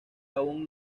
aún